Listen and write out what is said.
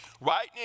right